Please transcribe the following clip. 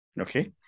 Okay